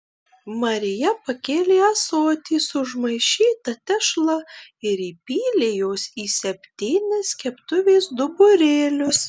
marija pakėlė ąsotį su užmaišyta tešla ir įpylė jos į septynis keptuvės duburėlius